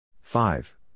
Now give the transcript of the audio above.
five